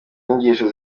nyigisho